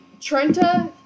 Trenta